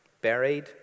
buried